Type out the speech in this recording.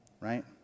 right